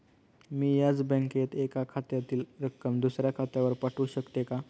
मी याच बँकेत एका खात्यातील रक्कम दुसऱ्या खात्यावर पाठवू शकते का?